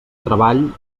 treball